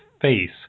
face